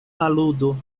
aludo